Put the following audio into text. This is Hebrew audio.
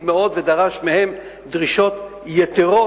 מאוד אתם ודרש מהם דרישות יתירות,